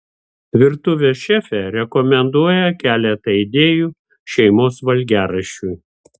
virtuvės šefė rekomenduoja keletą idėjų šeimos valgiaraščiui